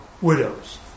widows